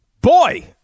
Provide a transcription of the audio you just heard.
boy